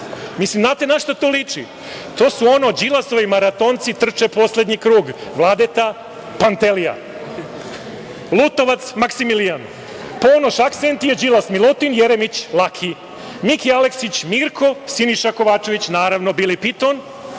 Znate na šta to liči? To je ono - Đilasovi maratonci trče poslednji krug. Vledeta - Pantelija, Lutovac - Makisimilijan, Ponoš - Aksentije, Đilas - Milutin, Jeremić - Laki, Miki Aleksić - Mirko, Siniša Kovačević, naravno - Bili Piton,